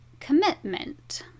Commitment